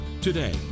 today